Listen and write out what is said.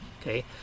Okay